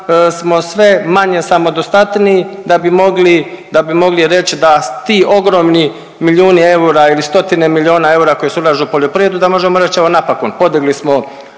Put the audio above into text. smo sve manje samodostatniji da bi mogli reć da ti ogromni milijuni eura ili stotine milijuna eura koji se ulažu u poljoprivredu da možemo reć evo napokon podigli su